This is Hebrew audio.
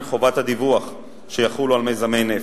חובות הדיווח שיחולו על מיזמי נפט.